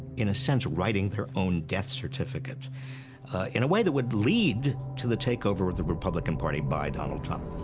in a sense, writing their own death certificate in a way that would lead to the takeover of the republican party by donald trump.